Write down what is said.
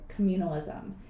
communalism